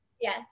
Yes